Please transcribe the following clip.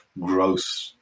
growth